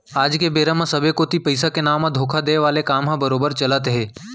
आज के बेरा म सबे कोती पइसा के नांव म धोखा देय वाले काम ह बरोबर चलत हे